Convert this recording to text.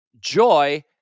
joy